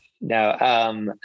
no